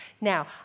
Now